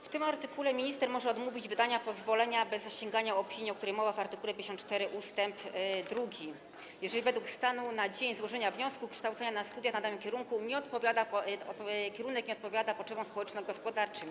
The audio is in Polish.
W tym artykule minister może odmówić wydania pozwolenia bez zasięgania opinii, o której mowa w art. 54 ust. 2, jeżeli według stanu na dzień złożenia wniosku kształcenia na studia na danym kierunku kierunek nie odpowiada potrzebom społeczno-gospodarczym.